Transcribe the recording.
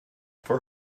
for